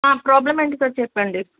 problem ఏంటి చెప్పండి